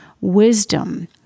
wisdom